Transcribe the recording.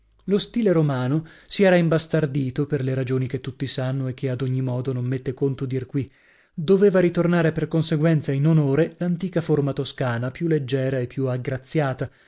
lo stile romano si era imbastardito per le ragioni che tutti sanno e che ad ogni modo non mette conto dir qui doveva ritornare per conseguenza in onore l'antica forma toscana più leggiera e più aggraziata